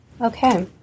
Okay